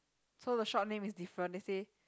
so the shop name is different let's say